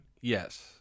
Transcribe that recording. Yes